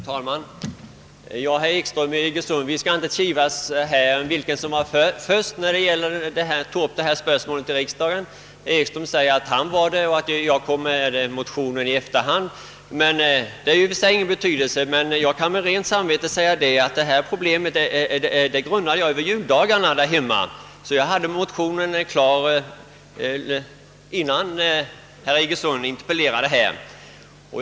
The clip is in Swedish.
Herr talman! Herr Ekström i Iggesund och jag skall väl inte kivas om vem som var först med att ta upp det här spörsmålet i riksdagen. Herr Ekström säger att det var han och att min motion kom i efterhand. Den saken har väl i och för sig ingen betydelse, men jag kan med rent samvete säga att jag funderade på det här problemet under juldagarna där hemma och hade motionen klar innan herr Ekström framställde sin fråga.